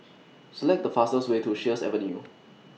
Select The fastest Way to Sheares Avenue